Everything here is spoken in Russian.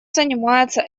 занимается